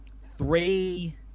three